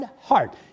heart